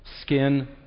skin